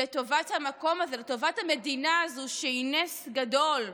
לטובת המקום הזה, לטובת המדינה הזו, שהיא נס גדול,